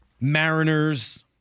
Mariners